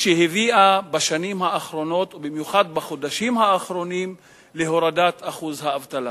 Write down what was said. שהביאה בשנים האחרונות ובמיוחד בחודשים האחרונים להורדת אחוז האבטלה.